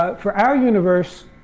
ah for our universe,